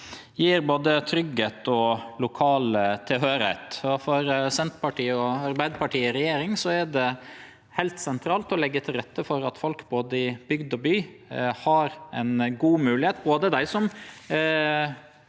gjev både tryggleik og lokal tilhøyrsle. For Senterpartiet og Arbeidarpartiet i regjering er det heilt sentralt å leggje til rette for at folk både i bygd og by har gode moglegheiter. Det